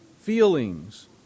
feelings